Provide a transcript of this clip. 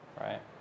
right